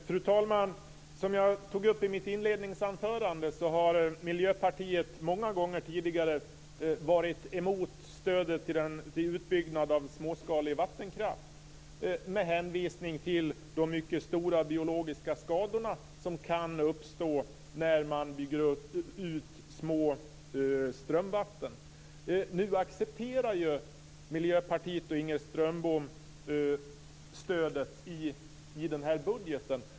Fru talman! Som jag tog upp i mitt inledningsanförande har Miljöpartiet många gånger tidigare varit emot stödet till en utbyggnad av småskalig vattenkraft med hänvisning till de mycket stora biologiska skador som kan uppstå när man bygger ut små strömmar. Nu accepterar ju Miljöpartiet och Ingegerd Saarinen stödet i den här budgeten.